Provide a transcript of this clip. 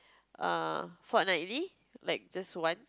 err fortnightly like just one